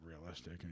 realistic